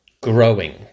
growing